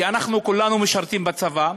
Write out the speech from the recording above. כי אנחנו כולנו משרתים בצבא,